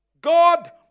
God